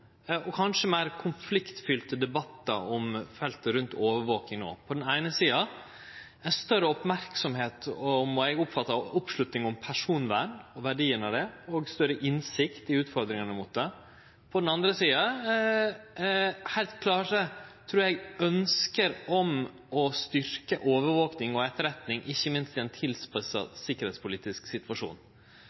og kanskje meir konfliktfylte debattar om feltet rundt overvakinga. På den eine sida har vi større merksemd – og eg oppfattar oppslutning – om personvern og verdien av det og større innsikt i utfordringane her. På den andre sida har vi heilt klare, trur eg, ønske om å styrkje overvaking og etterretning, ikkje minst i ein tilspissa sikkerheitspolitisk situasjon.